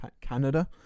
Canada